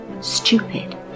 stupid